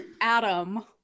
Adam